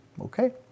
okay